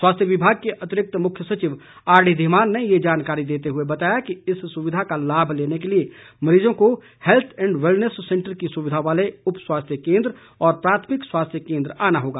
स्वास्थ्य विभाग के अतिरिक्त मुख्य सचिव आरडी धीमान ने ये जानकारी देते हुए बताया कि इस सुविधा का लाभ लेने के लिए मरीजों को हेल्थ एण्ड वेलनेस सेंटर की सुविधा वाले उप स्वास्थ्य केन्द्र व प्राथमिक स्वास्थ्य केन्द्र आना होगा